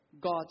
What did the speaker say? God